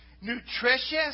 nutritious